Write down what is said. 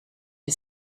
you